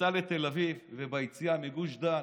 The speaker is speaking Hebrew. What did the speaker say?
בכניסה לתל אביב וביציאה מגוש דן,